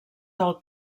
del